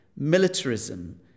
Militarism